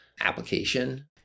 application